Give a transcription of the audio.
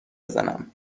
بزنم